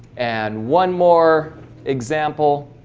and one more example